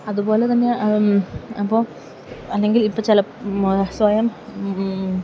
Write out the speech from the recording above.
അതുപോലെ തന്നെ അപ്പോള് അല്ലെങ്കിൽ ഇപ്പോള് ചില സ്വയം